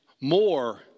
more